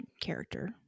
character